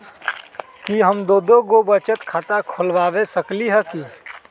कि हम दो दो गो बचत खाता खोलबा सकली ह की न?